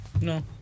No